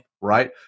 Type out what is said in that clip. right